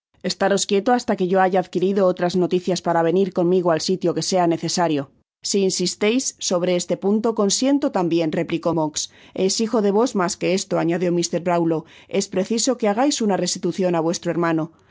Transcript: estaros quieto hasta que yo haya adquirido otras noticias para venir conmigo al sitio que sea necesario si insisteis sobre este punto consiento tambien replicó monks exijo de vos mas que esto añadió mr brownlow es preciso qiuv hagais una restitucion á vuestro hermano